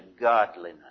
godliness